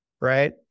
right